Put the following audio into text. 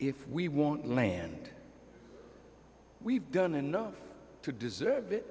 if we want land we've done enough to deserve it